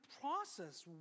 process